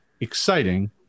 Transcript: exciting